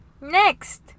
Next